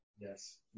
Yes